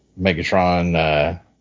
Megatron